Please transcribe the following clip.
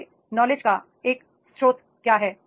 आपके नॉलेज का एक स्रोत क्या है